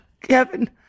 Kevin